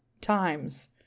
times